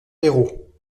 perrot